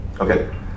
Okay